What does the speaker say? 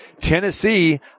Tennessee